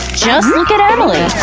just look at emily!